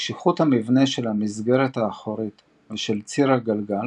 קשיחות המבנה של המסגרת האחורית ושל ציר הגלגל,